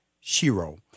Shiro